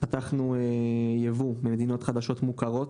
פתחנו יבוא ממדינות חדשות מוכרות,